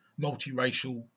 multiracial